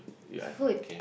food